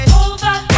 over